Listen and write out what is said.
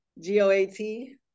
G-O-A-T